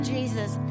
Jesus